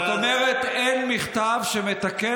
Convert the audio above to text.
זאת אומרת, אין מכתב שמתקן.